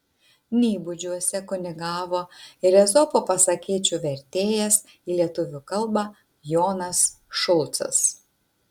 nybudžiuose kunigavo ir ezopo pasakėčių vertėjas į lietuvių kalbą jonas šulcas